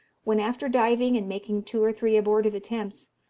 when after diving, and making two or three abortive attempts,